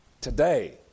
today